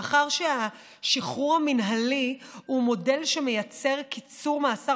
מאחר שהשחרור המינהלי הוא מודל שמייצר קיצור מאסר